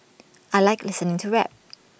I Like listening to rap